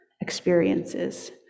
experiences